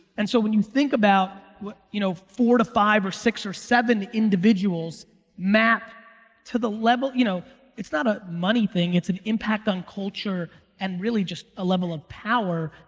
and so when you think about you know four to five or six or seven individuals map to the level, you know it's not a money thing, it's an impact on culture and really just a level of power.